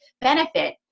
benefit